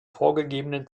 vorgegebenen